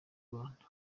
rwanda